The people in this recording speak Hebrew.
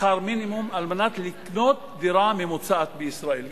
בשכר מינימום על מנת לקנות דירה ממוצעת בישראל,